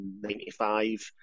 1995